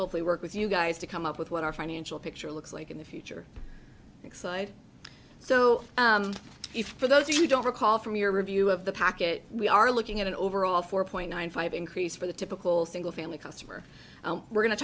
hopefully work with you guys to come up with what our financial picture looks like in the future side so if for those you don't recall from your review of the packet we are looking at an overall four point nine five increase for the typical single family customer we're go